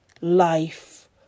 life